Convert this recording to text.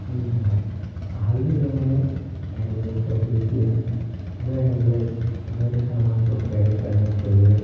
जी हाँ हाल ही में मैंने हैण्ड बैग का उपयोग किया वह हैण्ड बैग मेरे सामान को केरी करने के लिए